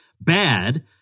bad